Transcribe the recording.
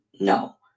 No